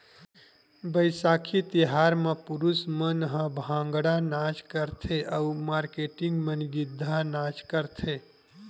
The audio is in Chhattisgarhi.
बइसाखी तिहार म पुरूस मन ह भांगड़ा नाच करथे अउ मारकेटिंग मन गिद्दा नाच करथे